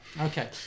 Okay